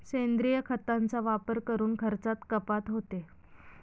सेंद्रिय खतांचा वापर करून खर्चात कपात होते